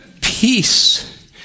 Peace